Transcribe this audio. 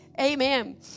amen